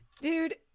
dude